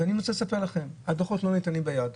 אז אני רוצה לספר לכם, הדוחות לא ניתנים ביד.